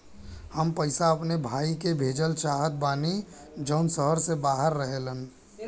हम पैसा अपने भाई के भेजल चाहत बानी जौन शहर से बाहर रहेलन